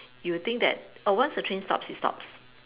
you would think that oh once a train stops it stops